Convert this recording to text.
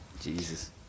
Jesus